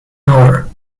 hour